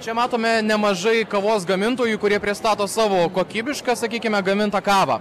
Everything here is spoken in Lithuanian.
čia matome nemažai kavos gamintojų kurie pristato savo kokybišką sakykime gamintą kavą